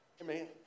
Amen